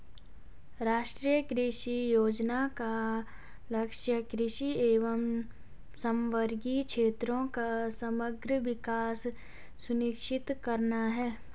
राष्ट्रीय कृषि योजना का लक्ष्य कृषि एवं समवर्गी क्षेत्रों का समग्र विकास सुनिश्चित करना है